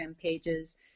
pages